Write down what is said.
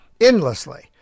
Endlessly